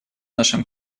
нашем